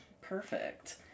perfect